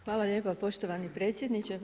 Hvala lijepa poštovani predsjedniče.